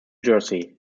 jersey